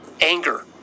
anger